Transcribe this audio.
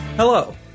Hello